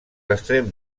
extrems